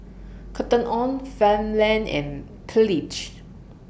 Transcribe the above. Cotton on Farmland and Pledge